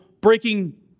breaking